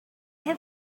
have